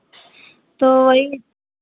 तो वही